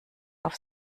auf